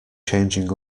changing